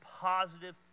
positive